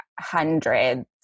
hundreds